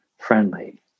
friendly